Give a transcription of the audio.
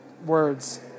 words